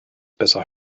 besser